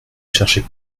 cherchait